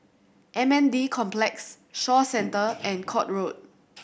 M N D Complex Shaw Centre and Court Road